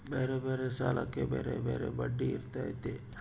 ಬ್ಯಾರೆ ಬ್ಯಾರೆ ಸಾಲಕ್ಕ ಬ್ಯಾರೆ ಬ್ಯಾರೆ ಬಡ್ಡಿ ಇರ್ತತೆ